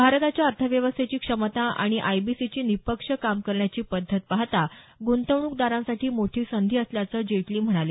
भारताच्या अर्थव्यवस्थेची क्षमता आणि आयबीसीची निपक्ष काम करण्याची पद्धत पाहाता ग्रंतवणूकदारांसाठी मोठी संधी असल्याचं जेटली म्हणाले